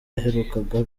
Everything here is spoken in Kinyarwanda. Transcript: yaherukaga